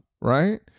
right